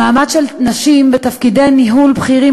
המעמד של נשים בתפקידי ניהול בכירים